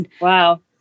Wow